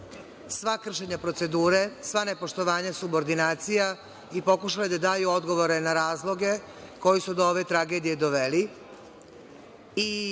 sva kršenja procedure, sva nepoštovanja subordinacija i pokušale da daju odgovore na razloge koji su do ove tragedije doveli.